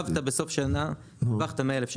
אם בסוף שנה הרווחת 100 אלף שקל.